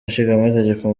ishingamategeko